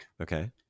Okay